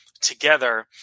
together